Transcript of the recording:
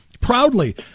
proudly